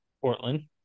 Portland